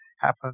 happen